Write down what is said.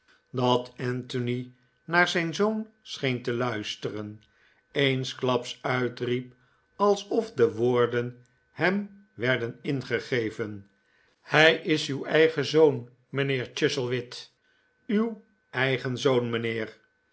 dat anthony naar zijn zoon scheen te luisteren eensklaps uitriep alsof de woorden hem werden ingegeven hij is uw eigen zoon mijnheer chuzzlewit uw eigen zoon mijnheer